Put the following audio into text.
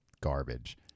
garbage